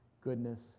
goodness